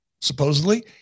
supposedly